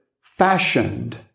fashioned